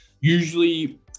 usually